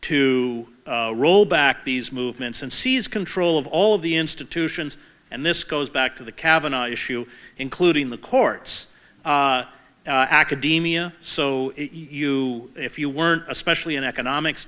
to roll back these movements and seize control of all of the institutions and this goes back to the kavanaugh issue including the courts academia so you if you weren't especially in economics